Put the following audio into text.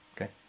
okay